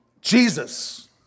Jesus